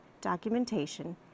documentation